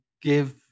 give